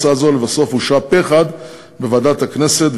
הצעה זו לבסוף אושרה פה-אחד בוועדת הכנסת,